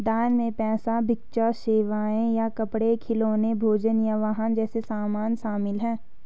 दान में पैसा भिक्षा सेवाएं या कपड़े खिलौने भोजन या वाहन जैसे सामान शामिल हैं